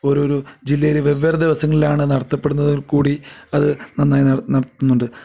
ഓരോരോ ജില്ലയിൽ വെവ്വേറെ ദിവസങ്ങളിലാണ് നടത്തപ്പെടുന്നതെങ്കിൽക്കൂടി അത് നന്നായി നട നടത്തുന്നുണ്ട്